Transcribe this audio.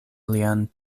lian